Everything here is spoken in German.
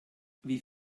wie